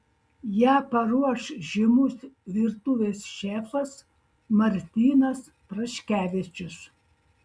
ją paruoš žymus virtuvės šefas martynas praškevičius